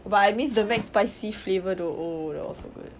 but I miss the mcspicy flavour though oh that was so good